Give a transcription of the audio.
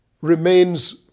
remains